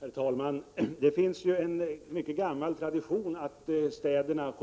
Herr talman! Det finns en mycket gammal tradition att städerna